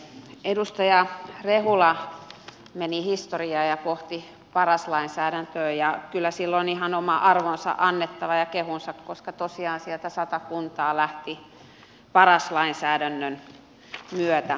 edustaja rehula meni historiaan ja pohti paras lainsäädäntöä ja kyllä sille on ihan oma arvonsa annettava ja kehunsa koska tosiaan sieltä sata kuntaa lähti paras lainsäädännön myötä väheni